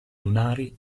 lunari